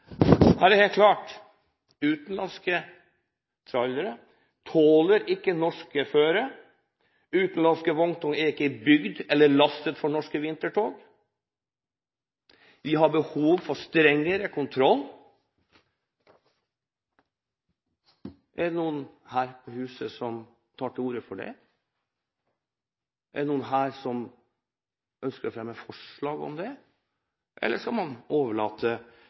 er det helt klart: Utenlandske trailere tåler ikke det norske føret. Utenlandske vogntog er ikke bygd eller lastet for norsk vinterføre. Vi har behov for strengere kontroll. Er det noen her på huset som tar til orde for det? Er det noen her som ønsker å fremme forslag om det? Eller skal man overlate